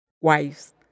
wives